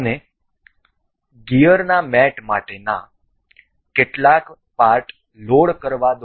મને ગિયરના મેટ માટેના કેટલાક પાર્ટ લોડ કરવા દો